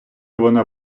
вона